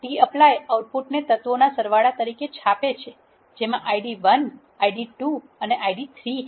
tapply આઉટપુટને તત્વોના સરવાળો તરીકે છાપે છે જેમાં Id 1 Id 2 અને Id 3 છે